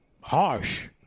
harsh